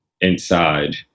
Inside